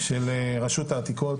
של רשות העתיקות,